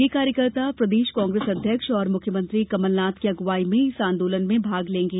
यह कार्यकर्ता प्रदेश कांग्रेस अध्यक्ष एवं मुख्यमंत्री कमलनाथ की अगुवाई में इस आंदोलन में भाग लेंगे